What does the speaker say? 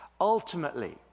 Ultimately